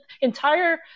entire